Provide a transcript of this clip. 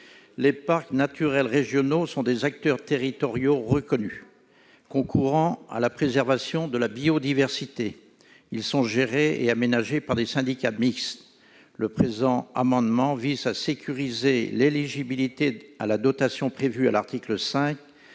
les parcs naturels régionaux sont des acteurs territoriaux reconnus. Concourant à la préservation de la biodiversité, ils sont gérés et aménagés par des syndicats mixtes. Le présent amendement vise à sécuriser l'éligibilité à la dotation prévue à l'article 5